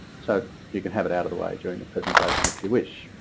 so you can have it out of the way during the presentation if you wish